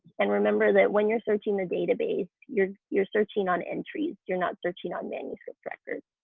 and remember that when you're searching the database you're you're searching on entries. you're not searching on manuscript records.